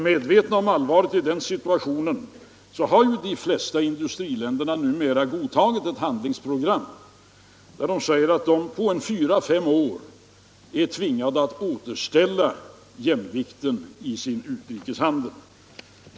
Medvetna om allvaret i den situationen har de flesta industriländerna numera godtagit ett handlingsprogram där de säger att de på 4-5 år är tvingade att återställa jämvikten i sin utrikeshandel.